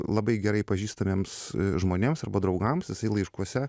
labai gerai pažįstamiems žmonėms arba draugams jisai laiškuose